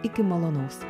iki malonaus